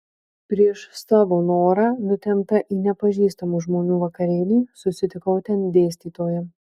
prieš savo norą nutempta į nepažįstamų žmonių vakarėlį susitikau ten dėstytoją